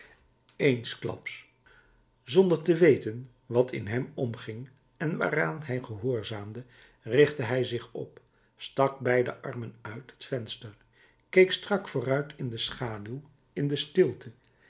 eensklaps zonder te weten wat in hem omging en waaraan hij gehoorzaamde richtte hij zich op stak beide armen uit het venster keek strak vooruit in de schaduw in de stilte